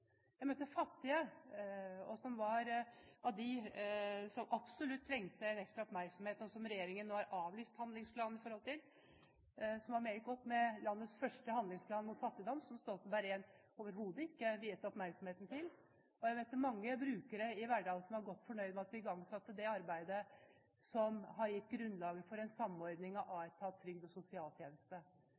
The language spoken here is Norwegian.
Jeg møtte fattige, de som absolutt trengte en ekstra oppmerksomhet, og som regjeringen nå har avlyst handlingsplanen for, som var meget godt fornøyd med landets første handlingsplan mot fattigdom, som Stoltenberg I overhodet ikke viet oppmerksomhet. Og jeg møtte mange brukere i Verdal som var godt fornøyd med at vi igangsatte det arbeidet som har gitt grunnlaget for en samordning av Aetat, trygd og sosialtjeneste.